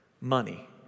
Money